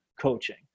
coaching